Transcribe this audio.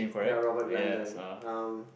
ya Robert-Langdon um